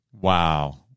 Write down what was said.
Wow